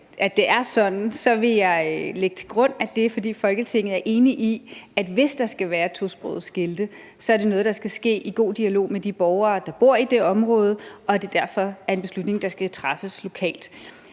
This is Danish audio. at det er sådan, så vil jeg lægge til grund, at det er, fordi Folketinget er enig i, at hvis der skal være tosprogede skilte, så er det noget, der skal ske i god dialog med de borgere, der bor i det område, og at det derfor er en beslutning, der skal træffes lokalt.